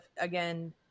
again